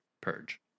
Purge